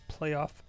playoff